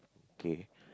K